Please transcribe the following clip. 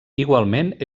igualment